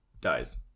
dies